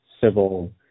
Civil